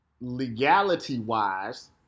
legality-wise